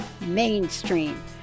mainstream